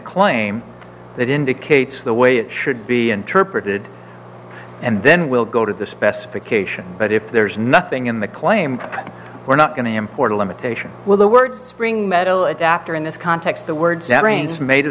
claim that indicates the way it should be interpreted and then we'll go to the specification but if there's nothing in the claim we're not going to import a limitation with the words spring metal adapter in this context the words arranged ma